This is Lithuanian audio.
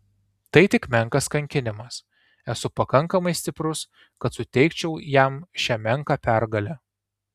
tai tik menkas kankinimas esu pakankamai stiprus kad suteikčiau jam šią menką pergalę